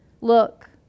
Look